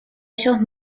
ellos